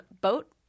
boat